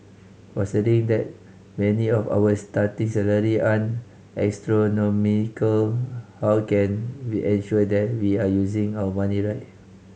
considering that many of our starting salary aren't astronomical how can we ensure that we are using our money right